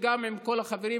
עם כל החברים,